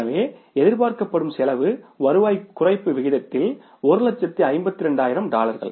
எனவே எதிர்பார்க்கப்படும் செலவு வருவாய் குறைப்பு விகிதத்தில் 152000 டாலர்கள்